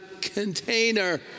container